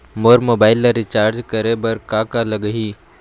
मोर mobile ला recharge करे बर का का लगही?